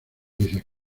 dices